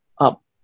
up